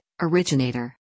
originator